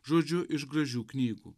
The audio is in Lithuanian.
žodžiu iš gražių knygų